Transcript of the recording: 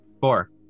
Four